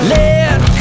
Let